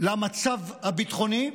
למצב הביטחוני,